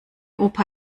opa